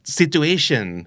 situation